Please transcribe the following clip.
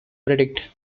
verdict